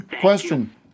Question